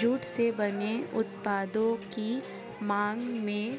jute से बने उत्पादों की मांग में